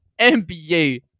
NBA